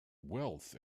wealth